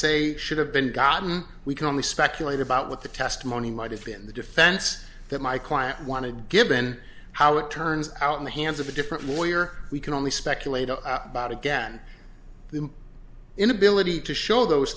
say should have been gotten we can only speculate about what the testimony might have been the defense that my client wanted given how it turns out in the hands of a different lawyer we can only speculate about again the inability to show those